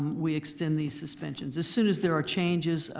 we extend these suspensions. as soon as there are changes,